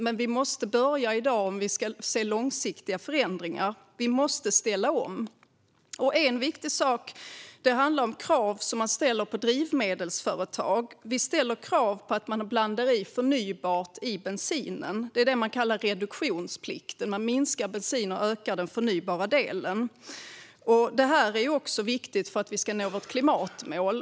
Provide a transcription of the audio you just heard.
Men vi måste börja i dag om vi ska se långsiktiga förändringar. Vi måste ställa om. En viktig sak handlar om krav som ställs på drivmedelsföretag. Vi ställer krav på att de blandar i förnybart i bensinen. Det är det som kallas reduktionsplikten - man minskar bensinen och ökar den förnybara delen. Detta är också viktigt för att vi ska nå vårt klimatmål.